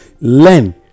learn